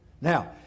Now